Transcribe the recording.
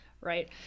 right